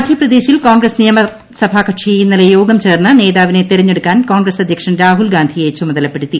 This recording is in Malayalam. മധ്യപ്രദേശിൽ കോൺഗ്രസ് നിയമസഭ കക്ഷി ഇന്നലെ യോഗം ചേർന്ന് നേതാവിനെ തെരഞ്ഞെടുക്കാൻ കോൺഗ്രസ് അധ്യക്ഷൻ രാഹുൽ ഗാന്ധിയെ ചുമതലപ്പെടുത്തി